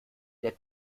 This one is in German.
der